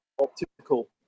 optical